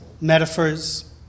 metaphors